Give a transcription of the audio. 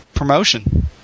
promotion